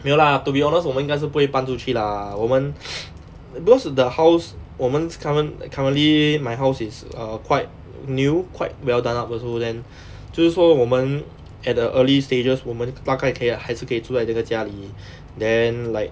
没有 lah to be honest 我们应该是不会搬出去 lah 我们 because the house 我们 current currently my house is err quite new quite well done up also then 就是说我们 at the early stages 我们大概可以还是可以住在这个家里 then like